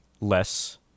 less